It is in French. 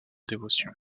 dévotion